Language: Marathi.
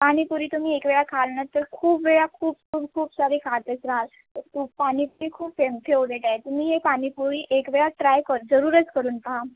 पाणीपुरी तुम्ही एक वेळा खाल ना तर खूप वेळा खूप खूप खूप सारी खातच रहाल पाणीपुरी खूप फे फेवरेट आहे तुम्हीही पाणीपुरी एकवेळा ट्राय कर जरूरच करून पहा